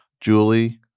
Julie